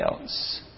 else